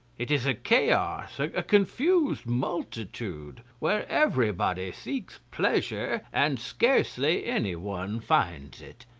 it is a chaos so a confused multitude, where everybody seeks pleasure and scarcely any one finds it,